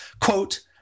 quote